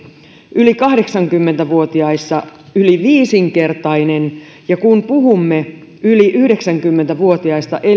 yli kahdeksankymmentä vuotiaissa yli viisinkertainen ja kun puhumme yli yhdeksänkymmentä vuotiaista